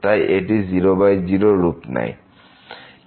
তাই এটি 00 রূপ নেয়